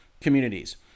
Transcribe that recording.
communities